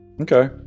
Okay